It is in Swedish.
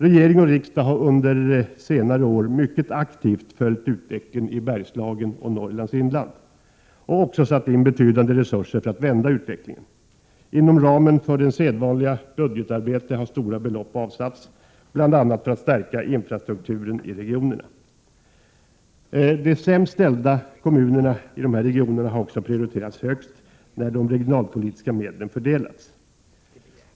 Regering och riksdag har under senare år mycket aktivt följt utvecklingen i Bergslagen och Norrlands inland och också satt in betydande resurser för att vända utvecklingen. Inom ramen för det sedvanliga budgetarbetet har stora belopp avsatts bl.a. för att stärka infrastrukturen i regionerna. De sämst ställda kommunerna i dessa regioner har också prioriterats högst när de regionalpolitiska medlen fördelats.